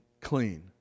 clean